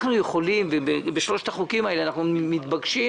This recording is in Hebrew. אנחנו יכולים בשלושת החוקים האלה לעשות